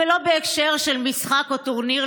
ולא בהקשר של משחק או טורניר,